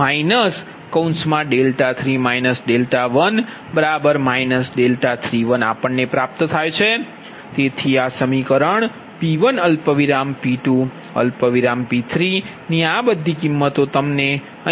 તેથી આ સમીકરણ P1 P2 P3 ની આ બધી કિમત તમે લો છો